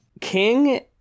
King